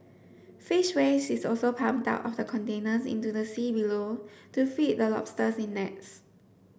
fish waste is also pumped out of the containers into the sea below to feed the lobsters in nets